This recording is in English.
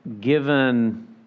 given